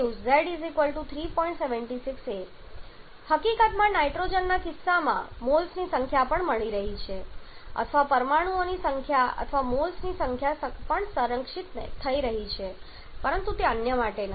76 a હકીકતમાં નાઇટ્રોજનના કિસ્સામાં મોલ્સની સંખ્યા પણ મળી રહી છે અથવા પરમાણુઓની સંખ્યા અથવા મોલ્સની સંખ્યા પણ સંરક્ષિત થઈ રહી છે પરંતુ તે અન્ય માટે નથી